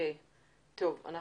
אני